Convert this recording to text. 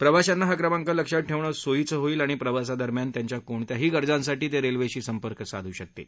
प्रवाशांना हा क्रमांक लक्षात ठेवणं सोयीचं होईल आणि प्रवासादरम्यान त्यांच्या कोणत्याही गरजांसाठी ते रेल्वेशी संपर्क साधू शकतील